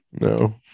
no